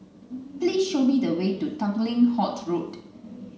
please show me the way to Tanglin Halt Road